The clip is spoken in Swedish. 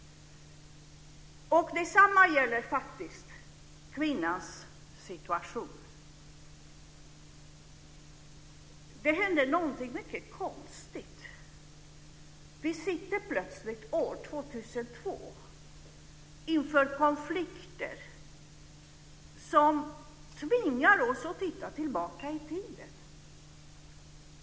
Detsamma gäller faktiskt kvinnans situation. Det händer någonting mycket konstigt. Vi sitter plötsligt år 2002 inför konflikter som tvingar oss att titta tillbaka i tiden.